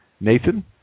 Nathan